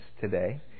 today